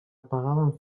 pagaven